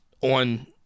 on